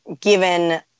given